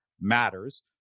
matters